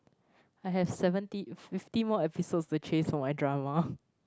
I have seventy fifty more episodes to chase for my drama